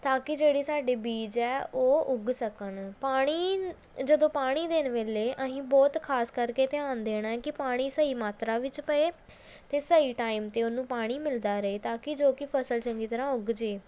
ਤਾਂ ਕਿ ਜਿਹੜੀ ਸਾਡੇ ਬੀਜ ਹੈ ਉਹ ਉੱਗ ਸਕਣ ਪਾਣੀ ਜਦੋਂ ਪਾਣੀ ਦੇਣ ਵੇਲੇ ਅਸੀਂ ਬਹੁਤ ਖਾਸ ਕਰਕੇ ਧਿਆਨ ਦੇਣਾ ਹੈ ਕਿ ਪਾਣੀ ਸਹੀ ਮਾਤਰਾ ਵਿੱਚ ਪਏ ਅਤੇ ਸਹੀ ਟਾਈਮ 'ਤੇ ਉਹਨੂੰ ਪਾਣੀ ਮਿਲਦਾ ਰਹੇ ਤਾਂ ਕਿ ਜੋ ਕਿ ਫਸਲ ਚੰਗੀ ਤਰ੍ਹਾਂ ਉੱਗ ਜਾਏ